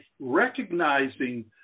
recognizing